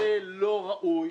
שזה לא ראוי,